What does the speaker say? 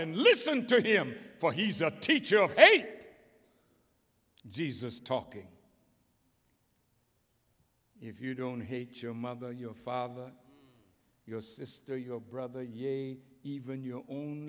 and listen to him for he's a teacher of aig jesus talking if you don't hate your mother your father your sister your brother you even your own